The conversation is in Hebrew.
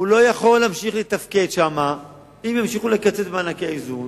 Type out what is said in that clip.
הוא לא יכול להמשיך לתפקד שם אם ימשיכו לקצץ במענקי האיזון.